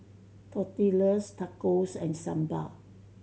Tortillas Tacos and Sambar